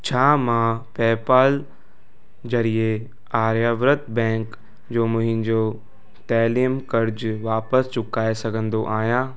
छा मां पेपल ज़रिए आर्यावर्त बैंक जो मुंहिंजो तइलीमु कर्ज़ु वापसि चुकाए सघंदो आहियां